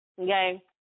Okay